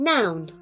Noun